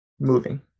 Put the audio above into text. moving